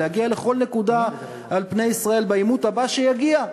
להגיע לכל נקודה על פני ישראל בעימות הבא שיגיע.